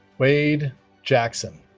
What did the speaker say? wade jackson